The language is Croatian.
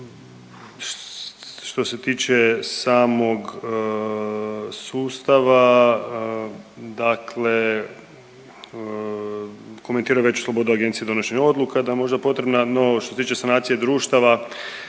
što se tiče samog sustava, dakle komentirao je veću slobodu Agencije u donošenju odluka da možda potrebna, no što se tiče sanacije društava,